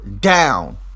down